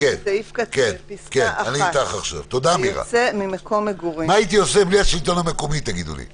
" באזור מוגבל ובסביבתו הקרובה